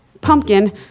pumpkin